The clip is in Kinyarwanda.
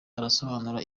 arasobanura